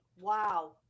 Wow